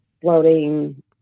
floating